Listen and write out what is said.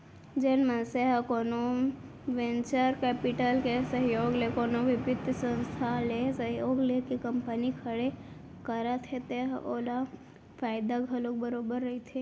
जेन मनसे ह कोनो वेंचर कैपिटल के सहयोग ले कोनो बित्तीय संस्था ले सहयोग लेके कंपनी खड़े करत हे त ओला फायदा घलोक बरोबर रहिथे